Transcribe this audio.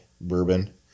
bourbon